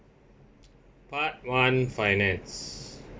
part one finance